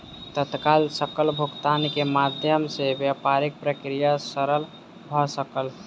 तत्काल सकल भुगतान के माध्यम सॅ व्यापारिक प्रक्रिया सरल भ सकल